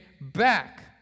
back